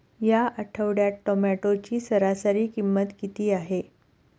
या आठवड्यात टोमॅटोची सरासरी किंमत किती आहे?